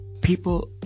people